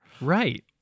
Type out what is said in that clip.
Right